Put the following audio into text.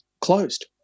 closed